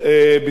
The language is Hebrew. ברוך השם,